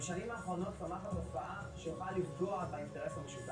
האפשרויות והדרכים, בעצם לא לקנות היתר.